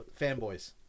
Fanboys